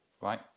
Right